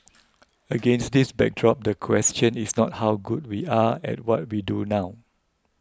against this backdrop the question is not how good we are at what we do now